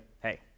hey